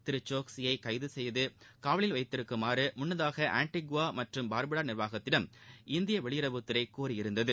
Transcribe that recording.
திரு சோக்சியை கைது செய்து காவலில் வைத்திருக்கும்படி முன்னதாக ஆண்டிகுவா மற்றும் பார்புடா நிர்வாகத்திடம் இந்திய வெளியுறவுத்துறை கோரியிருந்தது